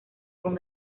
con